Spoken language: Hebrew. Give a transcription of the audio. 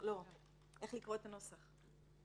איך לקרוא את הנוסח?